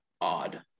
odd